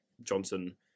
Johnson